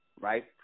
right